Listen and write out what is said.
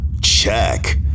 check